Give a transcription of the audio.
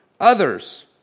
Others